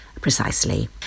precisely